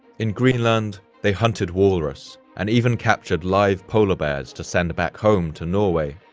in greenland they hunted walrus and even captured live polar bears to send back home to norway.